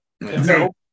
No